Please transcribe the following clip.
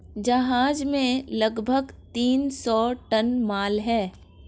जहाज में लगभग तीन सौ टन माल है